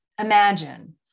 imagine